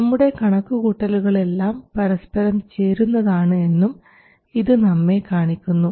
നമ്മുടെ കണക്കുകൂട്ടലുകൾ എല്ലാം പരസ്പരം ചേരുന്നതാണ് എന്നും ഇത് നമ്മെ കാണിക്കുന്നു